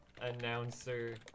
announcer